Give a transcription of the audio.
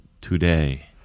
today